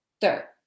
Third